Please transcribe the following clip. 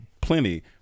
plenty